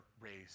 raised